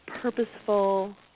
purposeful